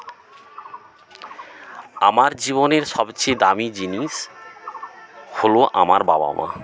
আমার জীবনের সবচেয়ে দামি জিনিস হলো আমার বাবা মা